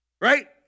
right